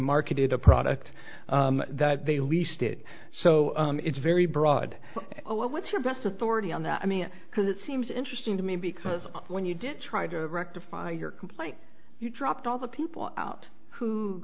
marketed a product that they leased it so it's very broad what what's your best authority on that i mean because it seems interesting to me because when you did try to rectify your site you dropped all the people out who